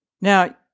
Now